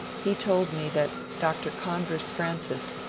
he told me that dr. convers francis,